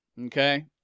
okay